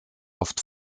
oft